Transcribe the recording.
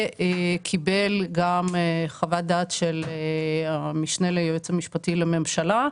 וקיבל גם חוות דעת של המשנה ליועץ המשפטי לממשלה,